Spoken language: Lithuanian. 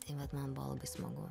tai vat man buvo labai smagu